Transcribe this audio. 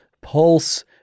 Pulse